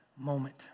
moment